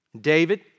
David